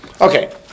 Okay